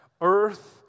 Earth